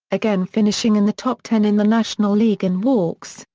again finishing in the top ten in the national league in walks,